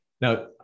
Now